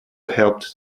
helped